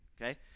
Okay